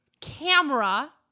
camera